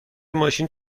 ماشین